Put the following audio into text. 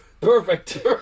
Perfect